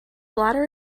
bladder